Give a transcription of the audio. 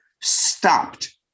stopped